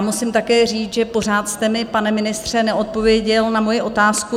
Musím také říct, že pořád jste mi, pane ministře, neodpověděl na moji otázku.